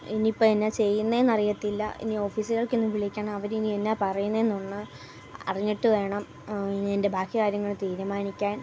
ഇനി ഇപ്പം എന്നാൽ ചെയ്യുന്നത് എന്നറിയത്തില്ല ഇനി ഓഫീസിലേക്ക് ഒന്ന് വിളിക്കണം അവർ ഇനി എന്നാൽ പറയുന്നതുനുള്ള അറിഞ്ഞിട്ട് വേണം ഇനി എൻ്റെ ബാക്കി കാര്യങ്ങൾ തീരുമാനിക്കാൻ